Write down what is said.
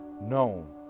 known